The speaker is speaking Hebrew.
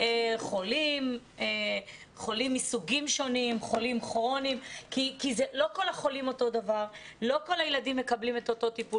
בואו נתחיל עם התלמידים החולים במחלות כרוניות שלא חזרו לספסל הלימודים.